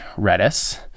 Redis